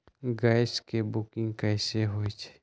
Gas के booking कैसे होईछई?